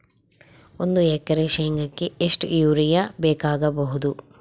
ಒಂದು ಎಕರೆ ಶೆಂಗಕ್ಕೆ ಎಷ್ಟು ಯೂರಿಯಾ ಬೇಕಾಗಬಹುದು?